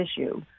issue